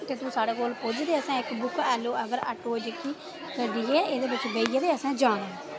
साढे कोल पुज्ज ते असें इक बुक अगर ओला उबेर आटो कीती ते गड्डियै एह्दे बिच बेहियै ते असें जाना